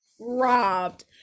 robbed